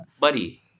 Buddy